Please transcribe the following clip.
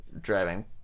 driving